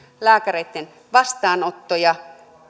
lääkäreitten vastaanottoja